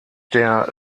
der